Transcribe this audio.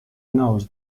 knows